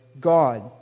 God